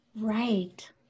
Right